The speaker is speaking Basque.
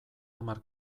hamar